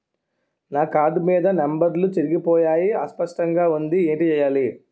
నా కార్డ్ మీద నంబర్లు చెరిగిపోయాయి అస్పష్టంగా వుంది ఏంటి చేయాలి?